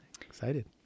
excited